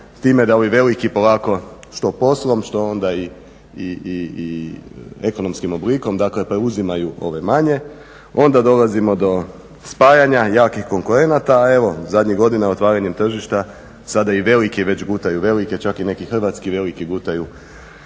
s time da ovi veliki polako što poslom, što onda i ekonomskim oblikom, dakle preuzimaju ove manje. Onda dolazimo do spajanja jakih konkurenata, a evo zadnjih godina otvaranjem tržišta sada i veliki već gutaju velike. Čak i neki hrvatski veliki gutaju